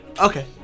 Okay